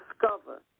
discover